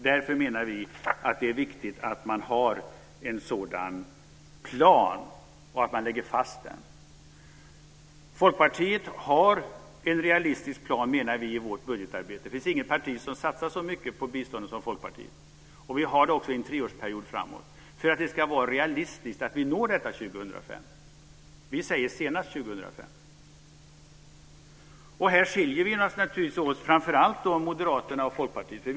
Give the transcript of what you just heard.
Därför menar vi att det är viktigt att man har en sådan plan och att man lägger fast den. Folkpartiet har en realistisk plan, menar vi, i vårt budgetarbete. Det finns inget parti som satsar så mycket på biståndet som Folkpartiet. Vi planerar för en treårsperiod, för det ska vara realistiskt att nå målet 2005. Vi säger att vi ska nå det senast 2005. Här skiljer sig framför allt Moderaterna och Folkpartiet åt.